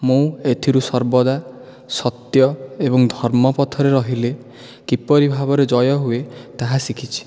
ମୁଁ ଏଥିରୁ ସର୍ବଦା ସତ୍ୟ ଏବଂ ଧର୍ମ ପଥରେ ରହିଲେ କିପରି ଭାବରେ ଜୟ ହୁଏ ତାହା ଶିଖିଛି